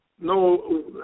no